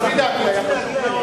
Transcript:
אבל אנחנו רוצים להגיע אליהם.